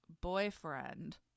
boyfriend